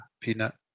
Peanut